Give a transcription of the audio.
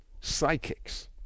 psychics